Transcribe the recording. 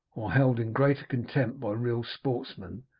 or held in greater contempt by real sportsmen,